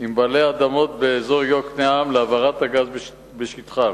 עם בעלי האדמות באזור יוקנעם להעברת צינור הגז בשטחם.